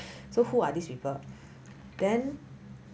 so who are these people then